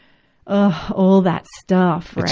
ah all that stuff.